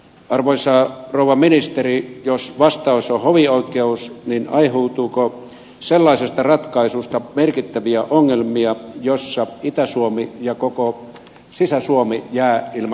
arvoisa rouva ministeri jos vastaus on hovioikeus niin aiheutuuko sellaisesta ratkaisusta merkittäviä ongelmia jossa itä suomi ja koko sisä suomi jää ilman hovioikeutta